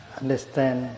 understand